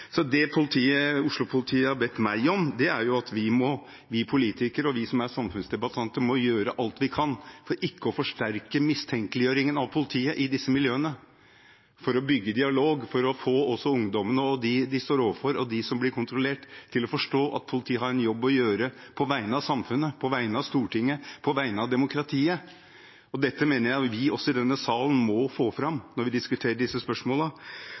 samfunnsdebattanter, må gjøre alt vi kan for ikke å forsterke mistenkeliggjøringen av politiet i disse miljøene, for å bygge dialog, for å få ungdommene, dem de står overfor, og de som blir kontrollert, til å forstå at politiet har en jobb å gjøre på vegne av samfunnet, på vegne av Stortinget, på vegne av demokratiet. Dette mener jeg vi i denne salen også må få fram når vi diskuterer disse